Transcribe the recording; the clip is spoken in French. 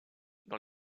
dans